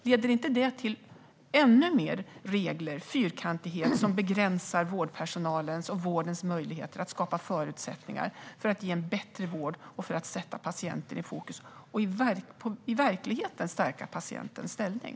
Leder inte det till ännu fler regler och mer fyrkantighet som begränsar vårdpersonalens och vårdens möjligheter att skapa förutsättningar för att ge en bättre vård och för att sätta patienten i fokus och i verkligheten stärka patientens ställning?